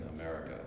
America